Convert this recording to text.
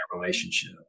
relationship